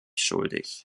schuldig